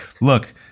Look